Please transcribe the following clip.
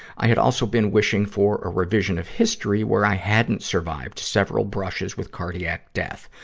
i had also been wishing for a revision of history where i hadn't survived several brushes with cardiac death.